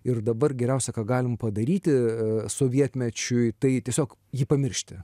ir dabar geriausia ką galim padaryti sovietmečiui tai tiesiog jį pamiršti